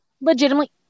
legitimately